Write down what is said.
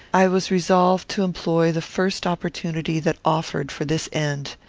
i was resolved to employ the first opportunity that offered for this end.